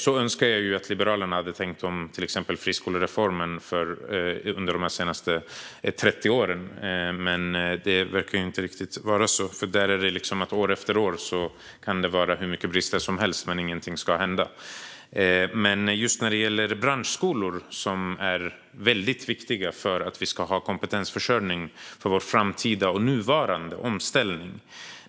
Så önskar jag att Liberalerna hade tänkt om till exempel friskolereformen under de senaste 30 åren. Men det verkar inte riktigt vara så, för år efter år kan det vara hur mycket brister som helst utan att någonting händer. Branschskolor är väldigt viktiga för att vi ska ha kompetensförsörjning för vår framtida och nuvarande omställning.